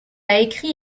écrit